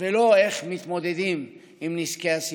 ולא איך מתמודדים עם נזקי הסיפוח.